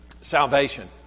salvation